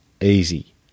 easy